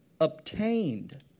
Obtained